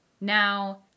Now